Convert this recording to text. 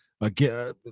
Again